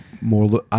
more